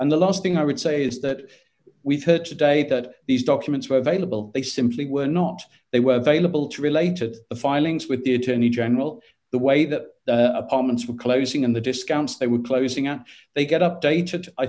and the last thing i would say is that we've heard today that these documents were available they simply were not they were available to related filings with the attorney general the way that apartments were closing in the discounts they were closing out they get updated i